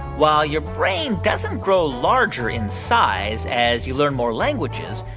while your brain doesn't grow larger in size as you learn more languages,